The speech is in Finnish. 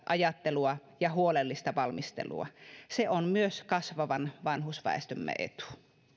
ajattelua ja huolellista valmistelua se on myös kasvavan vanhusväestömme etu